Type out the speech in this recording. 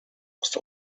must